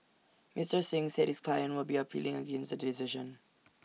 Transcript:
Mister Singh said his client would be appealing against the decision